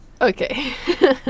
Okay